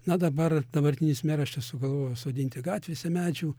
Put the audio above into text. na dabar dabartinis meras čia sugalvojo sodinti gatvėse medžių